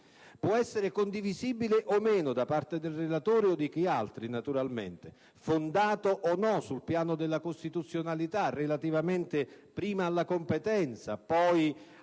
Può essere condivisibile o meno da parte del relatore o di chi altri, fondato o no sul piano della costituzionalità relativamente prima alla competenza, poi allo